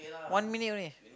one minute only